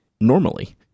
normally